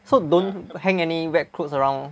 so don't hang any wet clothes around